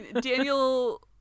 Daniel